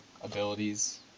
abilities